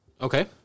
Okay